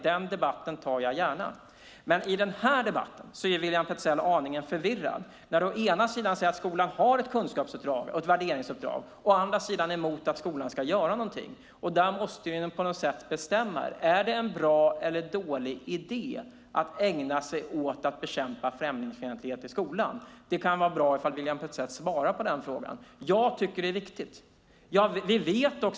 Den debatten tar jag gärna. Men i denna debatt är William Petzäll aningen förvirrad när han å ena sidan säger att skolan har ett kunskapsuppdrag och ett värderingsuppdrag, och å andra sidan är emot att skolan ska göra någonting. Där måste ni på något sätt bestämma er. Är det en bra eller dålig idé att ägna sig åt att bekämpa främlingsfientlighet i skolan? Det är bra om William Petzäll svarar på den frågan. Jag tycker att det är viktigt.